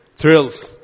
thrills